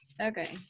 Okay